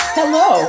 Hello